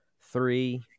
three